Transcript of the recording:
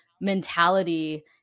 mentality